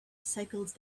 cycled